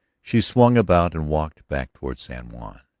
she swung about and walked back toward san juan.